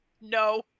no